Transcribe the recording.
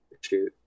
shoot